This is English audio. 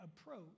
approach